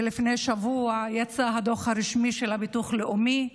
ולפני שבוע יצא הדוח הרשמי של הביטוח הלאומי.